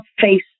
face